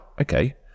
okay